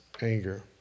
anger